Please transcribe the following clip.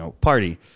party